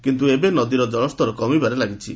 କିନ୍ତୁ ଏବେ ନଦୀର ଜଳସ୍ତର କମିବାରେ ଲାଗିଛି